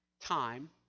time